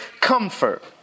comfort